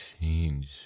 change